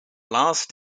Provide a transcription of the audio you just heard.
last